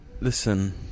Listen